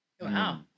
Wow